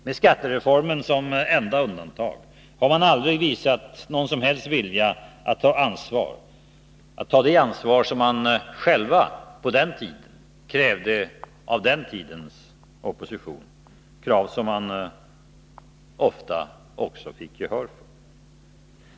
Med skattereformen som enda undantag har man aldrig visat någon som helst vilja att ta det ansvar som man själv på den tiden krävde av den tidens opposition — krav som man ofta också fick gehör för.